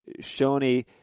Shoni